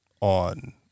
on